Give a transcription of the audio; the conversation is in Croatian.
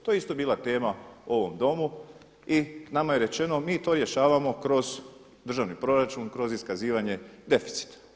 To je isto bila tema u ovom Domu i nama je rečeno mi to rješavamo kroz državni proračun, kroz iskazivanje deficita.